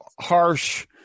harsh